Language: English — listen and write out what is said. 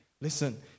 listen